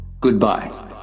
Goodbye